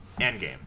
endgame